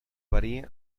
verí